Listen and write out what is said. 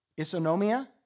isonomia